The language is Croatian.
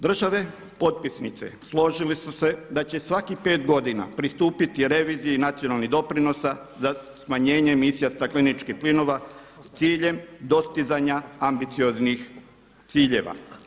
Države potpisnice složile su se da će svakih 5 godina pristupiti reviziji nacionalnih doprinosa za smanjenje emisija stakleničkih plinova s ciljem dostizanja ambicioznih ciljeva.